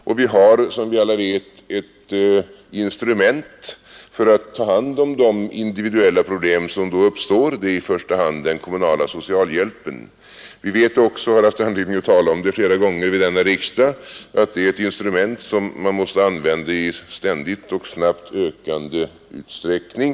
Som alla vet har vi ett instrument för att ta hand om de individuella problem som då uppstår; i första hand är det den kommunala socialhjälpen. Vi vet också och har haft anledning att tala om det flera gånger vid denna riksdag, att det är ett instrument som man måste använda ständigt och i snabbt ökande utsträckning.